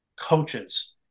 coaches